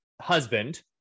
husband